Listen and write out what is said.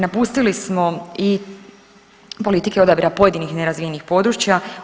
Napustili smo i politike odabira pojedinih nerazvijenih područja.